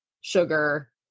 sugar